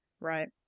Right